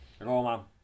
Roma